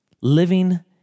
living